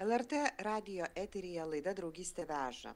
lrt radijo eteryje laida draugystė veža